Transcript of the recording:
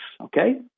okay